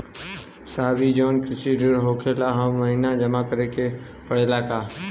साहब ई जवन कृषि ऋण होला ओके हर महिना जमा करे के पणेला का?